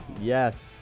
yes